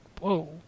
Whoa